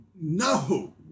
no